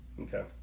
Okay